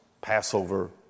Passover